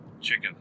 chicken